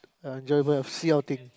uh enjoyable sea outing